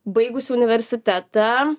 baigusi universitetą